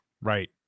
Right